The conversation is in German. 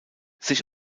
sich